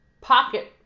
pocket